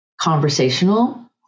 conversational